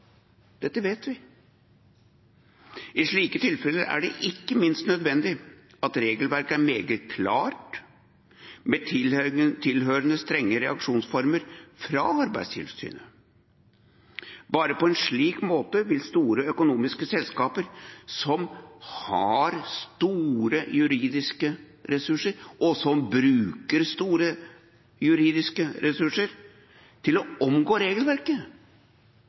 Dette vet vi. I slike tilfeller er det ikke minst nødvendig at regelverket er meget klart, med tilhørende strenge reaksjonsformer fra Arbeidstilsynet. Bare på en slik måte vil store økonomiske selskaper som har store juridiske ressurser, og som bruker store juridiske ressurser til å omgå regelverket,